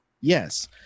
Yes